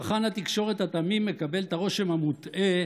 צרכן התקשורת התמים מקבל את הרושם המוטעה